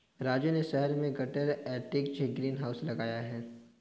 राजू ने शहर में गटर अटैच्ड ग्रीन हाउस लगाया है